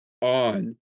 on